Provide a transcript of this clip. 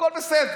אני אספר לך.